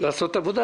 לעשות עבודה.